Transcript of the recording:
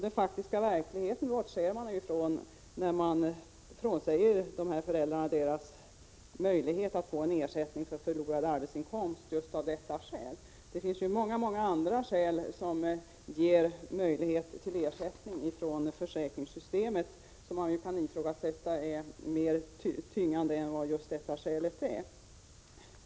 Man bortser från den faktiska verkligheten när man inte vill ge föräldrarna möjlighet att få ersättning för förlorad arbetsinkomst därför att de i sådana fall måste stanna hos barnen. Det finns många andra situationer som ger möjlighet till ersättning från försäkringssystemet men som man kan ifrågasätta är bättre skäl till ersättning än just det jag här berört.